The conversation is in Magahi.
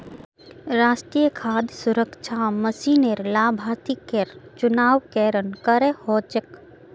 राष्ट्रीय खाद्य सुरक्षा मिशनेर लाभार्थिकेर चुनाव केरन करें हो छेक